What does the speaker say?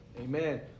Amen